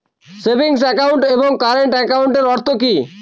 Savings account এবং current একাউন্টের অর্থ কি?